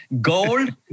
gold